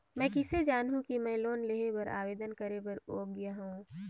मैं किसे जानहूं कि मैं लोन लेहे बर आवेदन करे बर योग्य हंव?